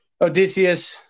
Odysseus